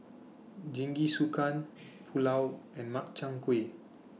Jingisukan Pulao and Makchang Gui